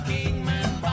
Kingman